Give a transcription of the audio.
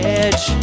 edge